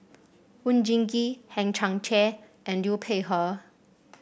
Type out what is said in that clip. Oon Jin Gee Hang Chang Chieh and Liu Peihe